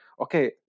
Okay